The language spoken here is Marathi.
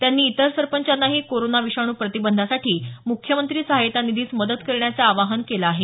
त्यांनी इतर सरपंचांनाही कोरोना विषाणू प्रतिबंधासाठी मुख्यमंत्री सहायता निधीस मदत करण्याचं आवाहन केलं आहे